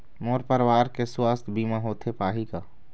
मोर परवार के सुवास्थ बीमा होथे पाही का?